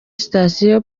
sitasiyo